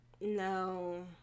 No